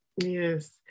yes